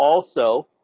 also,